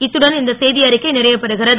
இத்துடன் இந்த செய்தி அறிக்கை நிறைவு பெறுகிறது